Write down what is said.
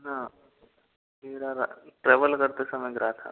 ना ट्रैवल करते समय गिरा था